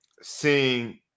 seeing